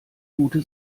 gute